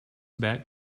bat